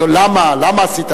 לשאול למה: למה עשית,